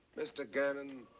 mr. gannon,